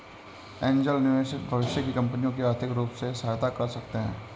angel निवेशक भविष्य की कंपनियों की आर्थिक रूप से सहायता कर सकते हैं